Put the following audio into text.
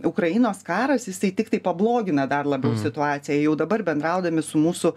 ukrainos karas jisai tiktai pablogina dar labiau situaciją jau dabar bendraudami su mūsų